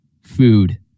food